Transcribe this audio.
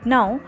Now